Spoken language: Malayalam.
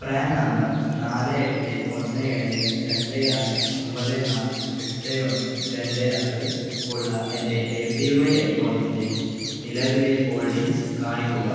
പ്രാൻ നമ്പർ നാല് എട്ട് ഒന്ന് ഏഴ് രണ്ട് ആറ് ഒമ്പത് നാല് എട്ട് ഒന്ന് രണ്ട് ആറ് ഉള്ള എൻ്റെ എ പി വൈ അക്കൗണ്ടിൻ്റെ നിലവിലെ ഹോൾഡിംഗ്സ് കാണിക്കുക